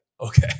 okay